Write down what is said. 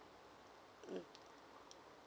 mm